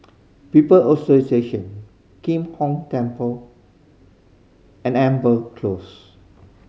People Association Kim Hong Temple and Amber Close